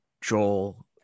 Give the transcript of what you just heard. Joel